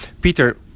Peter